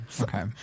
okay